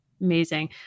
Amazing